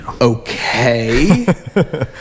okay